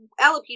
alopecia